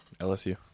LSU